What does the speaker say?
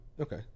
Okay